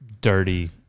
dirty